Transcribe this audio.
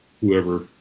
whoever